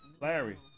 Larry